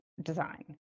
Design